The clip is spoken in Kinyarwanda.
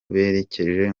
berekeje